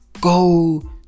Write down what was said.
Go